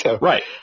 Right